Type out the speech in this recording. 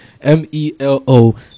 M-E-L-O